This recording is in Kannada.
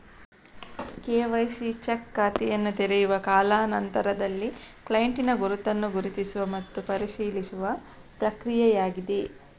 ಕೆ.ವೈ.ಸಿ ಚೆಕ್ ಖಾತೆಯನ್ನು ತೆರೆಯುವ ಕಾಲಾ ನಂತರದಲ್ಲಿ ಕ್ಲೈಂಟಿನ ಗುರುತನ್ನು ಗುರುತಿಸುವ ಮತ್ತು ಪರಿಶೀಲಿಸುವ ಪ್ರಕ್ರಿಯೆಯಾಗಿದೆ